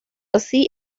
así